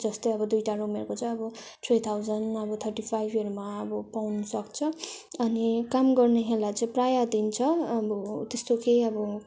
जस्तै अब दुइटा रूमहरूको चाहिँ अब थ्री थाउजन्ड अब थर्टी फाइभहरूमा अब पाउनु सक्छ अनि काम गर्नेहरूलाई चाहिँ प्रायः दिन्छ अब त्यस्तो केही अब